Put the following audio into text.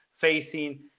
facing